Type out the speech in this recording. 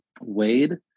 Wade